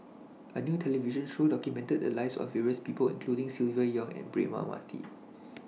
A New television Show documented The Lives of various People including Silvia Yong and Braema Mathi